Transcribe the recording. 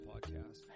podcast